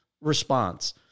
response